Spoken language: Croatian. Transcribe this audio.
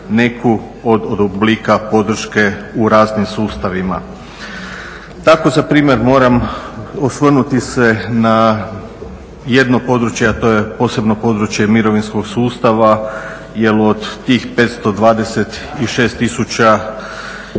neku od oblika podrške u raznim sustavima. Tako za primjer moram osvrnuti se na jedno područje, a to je posebno područje mirovinskog sustava jer od tih 526000